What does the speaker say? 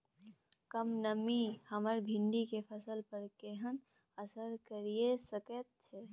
कम नमी हमर भिंडी के फसल पर केहन असर करिये सकेत छै?